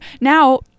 now